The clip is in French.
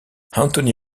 anthony